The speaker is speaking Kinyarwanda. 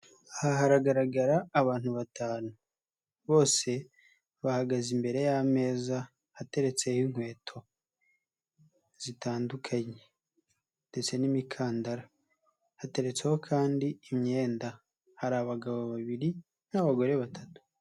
Aha haragaragara abantu batanu bose bahagaze imbere y'ameza ateretseho inkweto zitandukanye ndetse n'imikandara, hateretseho kandi imyenda, hari abagabo babiri n'abagore batatu.